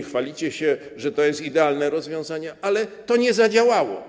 Chwalicie się, że to jest idealne rozwiązanie, ale ono nie zadziałało.